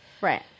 right